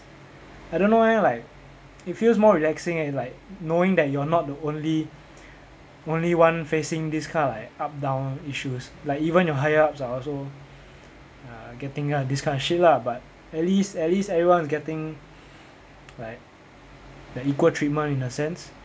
I don't know eh like it feels more relaxing and like knowing that you're not the only only one facing this kind of like up down issues like even your higher-ups are also uh getting like this kind of shit lah but at least at least everyone is getting like like equal treatment in a sense